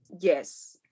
Yes